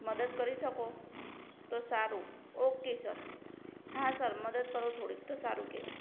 મદદ કરી શકો તો સારું ઓકે સર હા સર મદદ કરો થોડીક તો સારું કહેવાય